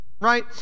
right